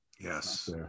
yes